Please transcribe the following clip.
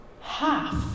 half